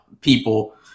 people